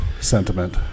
sentiment